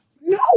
No